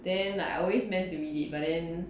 then I always meant to read it but then